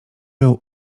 był